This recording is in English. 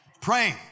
praying